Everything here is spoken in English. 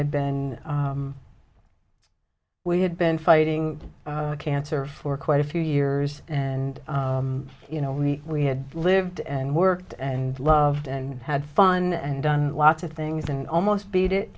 had been we had been fighting cancer for quite a few years and you know we we had lived and worked and loved and had fun and done lots of things and almost beat it